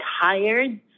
tired